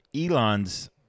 Elon's